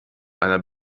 einer